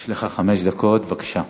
יש לך חמש דקות, בבקשה.